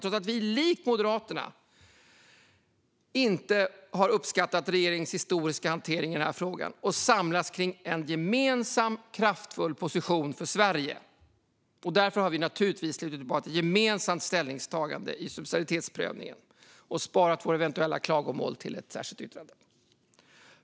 Trots att vi likt Moderaterna inte har uppskattat regeringens historiska hantering av frågan vädjar jag till er att vi samlas kring en gemensam kraftfull position för Sverige. Därför har vi naturligtvis slutit upp bakom ett gemensamt ställningstagande i subsidiaritetsprövningen och sparat våra eventuella klagomål till ett särskilt yttrande.